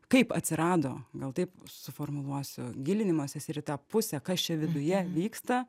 kaip atsirado gal taip suformuluosiu gilinimasis ir į tą pusę kas čia viduje vyksta